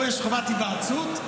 פה יש חובת היוועצות,